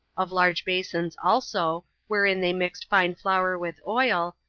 of large basons also, wherein they mixed fine flour with oil,